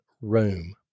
room